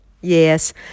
Yes